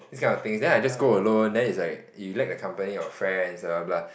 this kind of things then I just go alone then is like you lack a company of friends blah blah blah